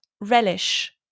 Relish